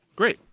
great.